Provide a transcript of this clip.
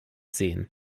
sehen